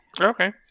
Okay